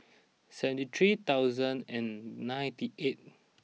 seventy three thousand and ninety eight